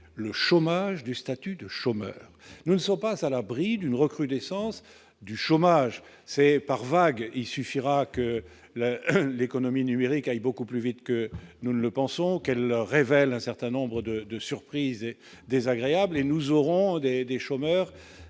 le chômage du statut de chômeur ne sont pas à l'abri d'une recrudescence du chômage c'est par vague, il suffira que la l'économie numérique aille beaucoup plus vite que nous le pensons qu'elle révèle un certain nombres de de surprise désagréable et nous aurons des des chômeurs